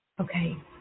Okay